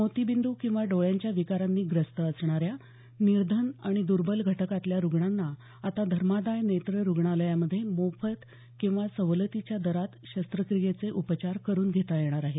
मोतीबिंद किंवा डोळ्यांच्या विकारांनी ग्रस्त असणाऱ्या निर्धन आणि दर्बल घटकांतल्या रुग्णांना आता धर्मादाय नेत्र रुग्णालयामध्ये मोफत किंवा सवलतीच्या दरात शस्त्रक्रियेचे उपचार करून घेता येणार आहेत